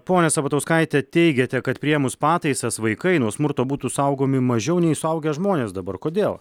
ponia sabatauskaite teigiate kad priėmus pataisas vaikai nuo smurto būtų saugomi mažiau nei suaugę žmonės dabar kodėl